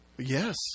Yes